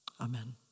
Amen